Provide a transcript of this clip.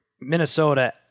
Minnesota